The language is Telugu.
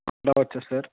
రావచ్చ సార్